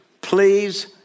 please